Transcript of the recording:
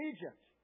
Egypt